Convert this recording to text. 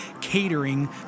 catering